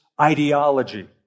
ideology